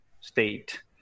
state